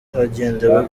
hagendewe